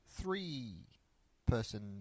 three-person